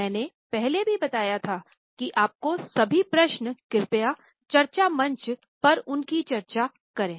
मैंने पहले भी बताया था कि आपके सभी प्रश्न कृपया चर्चा मंच पर उनकी चर्चा करें